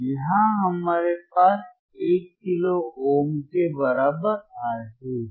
यहां हमारे पास 1 किलो ओम के बराबर R2 है